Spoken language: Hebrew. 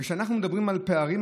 כשאנחנו מדברים על פערים,